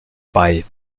bei